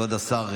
כבוד השר,